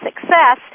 success